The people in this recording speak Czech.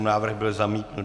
Návrh byl zamítnut.